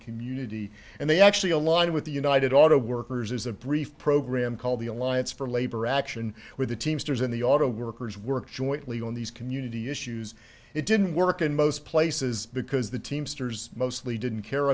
community and they actually align with the united auto workers is a brief program called the alliance for labor action where the teamsters and the auto workers work jointly on these community issues it didn't work in most places because the teamsters mostly didn't care